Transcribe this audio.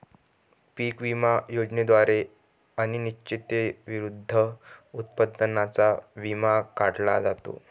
पीक विमा योजनेद्वारे अनिश्चिततेविरुद्ध उत्पादनाचा विमा काढला जातो